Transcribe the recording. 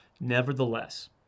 Nevertheless